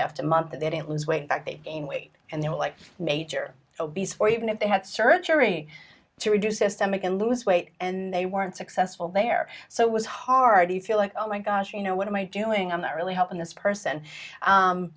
after month that they didn't lose weight that they gain weight and they were like major obese for even if they had surgery to reduce systemic and lose weight and they weren't successful there so it was hard to feel like oh my gosh you know what am i doing i'm not really helping this person